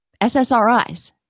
SSRIs